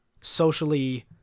socially